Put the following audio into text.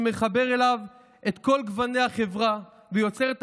שמחבר אליו את כל גוני החברה ויוצר את